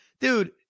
Dude